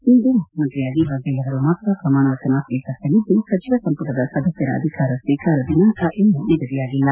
ಇಂದು ಮುಖ್ಯಮಂತ್ರಿಯಾಗಿ ಬಘೇಲ್ ಅವರು ಮಾತ್ರ ಪ್ರಮಾಣವಚನ ಸ್ವೀಕರಿಸಲಿದ್ದು ಸಚಿವ ಸಂಪುಟದ ಸದಸ್ಯರ ಅಧಿಕಾರ ಸ್ವೀಕಾರ ದಿನಾಂಕ ಇನ್ನು ನಿಗದಿಯಾಗಿಲ್ಲ